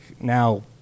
now